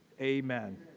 amen